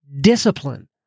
discipline